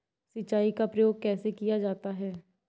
सिंचाई का प्रयोग कैसे किया जाता है?